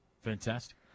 Fantastic